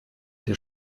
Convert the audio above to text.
der